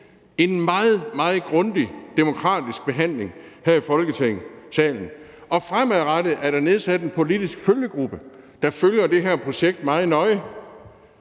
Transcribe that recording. meget grundig demokratisk behandling her i Folketingssalen. Og fremadrettet er der nedsat en politisk følgegruppe, der følger det her projekt meget nøje.